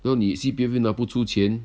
然后你 C_P_F 又拿不出钱